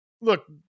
look